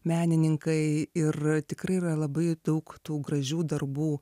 menininkai ir tikrai yra labai daug tų gražių darbų